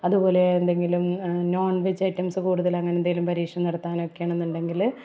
അതുപോലെ എന്തെങ്കിലും non veg items കൂടുതല് അങ്ങനെ എന്തെങ്കിലും പരീക്ഷണം നടത്താനോ ഒക്കെ ആണെന്നുണ്ടെങ്കിൽ